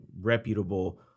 reputable